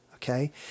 Okay